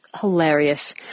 hilarious